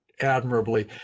admirably